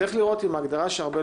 צריך לראות אם ההגדרה שארבל